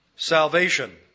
salvation